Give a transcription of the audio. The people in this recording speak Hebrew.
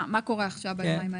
מה קורה עכשיו ביומיים האלה?